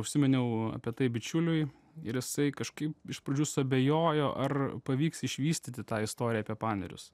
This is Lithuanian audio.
užsiminiau apie tai bičiuliui ir jisai kažkaip iš pradžių suabejojo ar pavyks išvystyti tą istoriją apie panerius